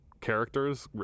characters